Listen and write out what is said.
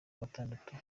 gatandatu